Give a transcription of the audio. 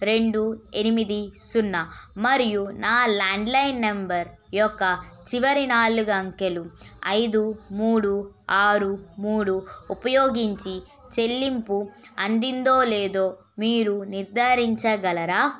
రెండు ఎనిమిది సున్నా మరియు నా ల్యాండ్లైన్ నెంబర్ యొక్క చివరి నాలుగు అంకెలు ఐదు మూడు ఆరు మూడు ఉపయోగించి చెల్లింపు అందిందో లేదో మీరు నిర్ధారించగలరా